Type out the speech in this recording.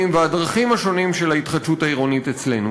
והדרכים השונות של ההתחדשות העירונית אצלנו.